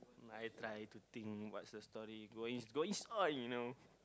I try to think what's the story going going it's going on you know